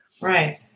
Right